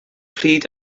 pryd